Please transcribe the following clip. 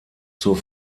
zur